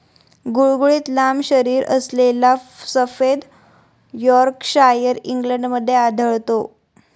गुळगुळीत लांब शरीरअसलेला सफेद यॉर्कशायर इंग्लंडमध्ये आढळतो